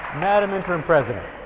madame interim president.